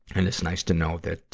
and it's nice to know that, ah,